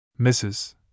Mrs